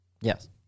Yes